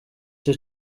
cyo